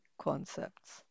concepts